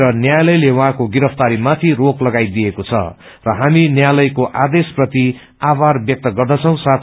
तर न्यायालयले उहाँको गरिफ्ताररी माथि रोक लगाई दिएका छ र हामी न्यायालयको आदेश प्रति आभार ब्यक्त गर्दछौ साथ